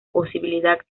posibilidad